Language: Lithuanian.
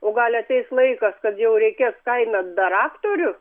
o gal ateis laikas kad jau reikės kaime daraktorius